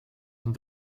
een